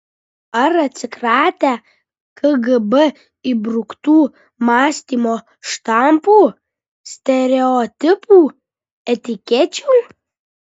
ar atsikratę kgb įbruktų mąstymo štampų stereotipų etikečių